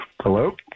Hello